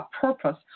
purpose